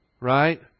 right